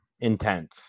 intense